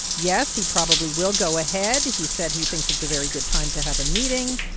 yes, he probably will go ahead. he said he thinks it's a very good time to have a meeting.